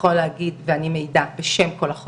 הסיבה העיקרית שלא הכניסו את המוטציות